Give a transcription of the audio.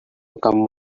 come